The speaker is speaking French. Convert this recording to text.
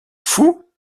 fou